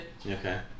okay